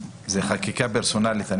זאת חקיקה פרסונלית.